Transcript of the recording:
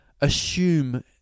assume